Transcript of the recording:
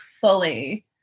fully